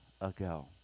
ago